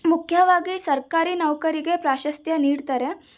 ಮುಖ್ಯವಾಗಿ ಸರ್ಕಾರಿ ನೌಕರಿಗೆ ಪ್ರಾಶಸ್ತ್ಯ ನೀಡ್ತಾರೆ